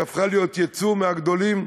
שהפכה להיות יצוא מהגדולים,